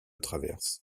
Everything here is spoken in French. traverses